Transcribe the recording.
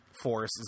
force